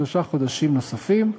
בשלושה חודשים נוספים,